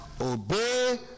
obey